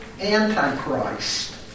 Antichrist